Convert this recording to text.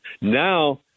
Now